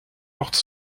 porte